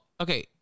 okay